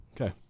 Okay